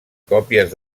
còpies